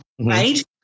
right